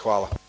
Hvala.